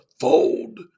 fold